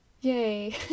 yay